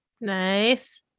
Nice